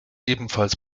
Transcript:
ebenfalls